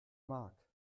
mark